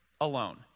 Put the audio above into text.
alone